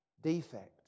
defect